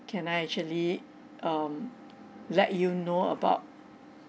can I actually um let you know about